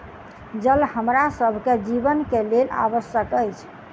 जल हमरा सभ के जीवन के लेल आवश्यक अछि